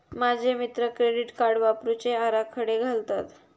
माझे मित्र credit card वापरुचे आराखडे घालतत